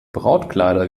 brautkleider